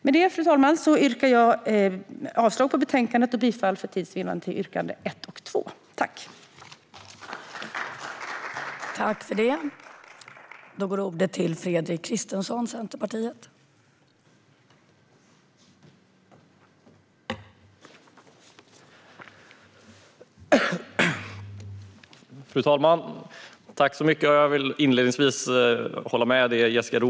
Med det yrkar jag avslag på förslaget i betänkandet, fru talman, och för tids vinnande yrkar jag bifall endast till yrkande 1 och 2.